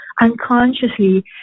unconsciously